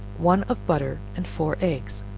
one of butter, and four eggs,